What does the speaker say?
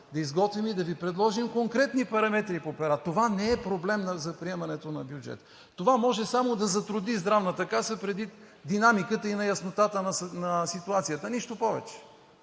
да изготвим и да Ви предложим конкретни параметри по пера. Това не е проблем за приемането на бюджета. Това може само да затрудни Здравната каса предвид динамиката и неяснотата на ситуацията, нищо повече.